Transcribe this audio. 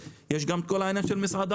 יש גם את כל העניין של מסעדנות.